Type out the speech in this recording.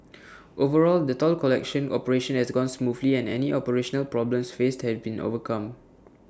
overall the toll collection operation has gone smoothly and any operational problems faced have been overcome